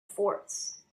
force